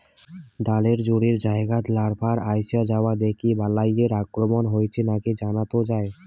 ডালের জোড়ের জাগাত লার্ভার আইসা যাওয়া দেখি বালাইয়ের আক্রমণ হইছে নাকি জানাত যাই